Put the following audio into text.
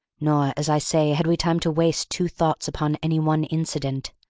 nor, as i say, had we time to waste two thoughts upon any one incident.